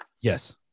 Yes